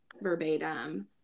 verbatim